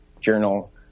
journal